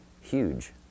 huge